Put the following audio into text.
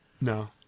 No